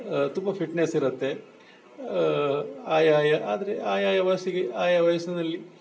ತುಂಬ ಫಿಟ್ನೆಸ್ ಇರತ್ತೆ ಆಯ ಆಯ ಆದರೆ ಆಯಾಯ ವಯಸ್ಸಿಗೆ ಆಯಾಯ ವಯಸ್ಸಿನಲ್ಲಿ